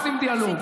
עושים דיאלוג.